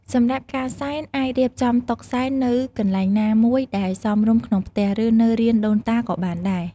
សម្រាប់ការសែន អាចរៀបចំតុសែននៅកន្លែងណាមួយដែលសមរម្យក្នុងផ្ទះ ឬនៅរានដូនតាក៏បានដែរ។